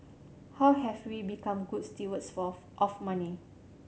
how have we become good stewards for of money